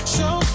Show